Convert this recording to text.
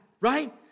right